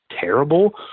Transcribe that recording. terrible